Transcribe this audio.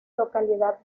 localidad